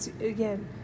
again